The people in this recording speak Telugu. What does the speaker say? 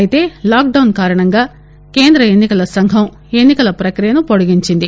అయితే లాక్ డౌస్ కారణంగా కేంద్ర ఎన్ని కల సంఘం ఎన్ని కల ప్రక్రియను పొడిగించింది